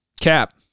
cap